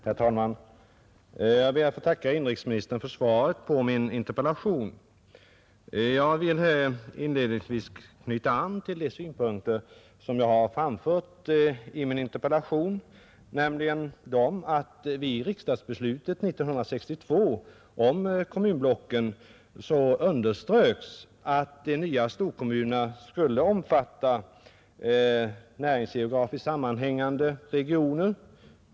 Herr talman! Jag ber att få tacka inrikesministern för svaret på min interpellation. Inledningsvis vill jag knyta an till de synpunkter som jag framfört i interpellationen, nämligen att det vid riksdagsbeslutet 1962 om kommunblocken underströks att de nya storkommunerna skulle omfatta näringsgeografiskt sammanhängande regioner.